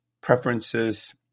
preferences